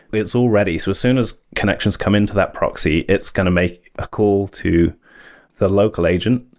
it's all ready. so as soon as connections come into that proxy, it's going to make a call to the local agent,